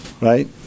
right